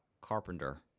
carpenter